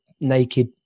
naked